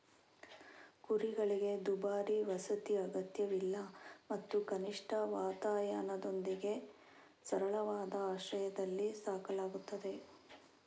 ಕುರಿಗಳಿಗೆ ದುಬಾರಿ ವಸತಿ ಅಗತ್ಯವಿಲ್ಲ ಮತ್ತು ಕನಿಷ್ಠ ವಾತಾಯನದೊಂದಿಗೆ ಸರಳವಾದ ಆಶ್ರಯದಲ್ಲಿ ಸಾಕಲಾಗುತ್ತದೆ